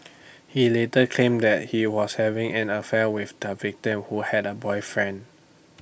he later claim that he was having an affair with the victim who had A boyfriend